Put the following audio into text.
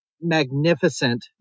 magnificent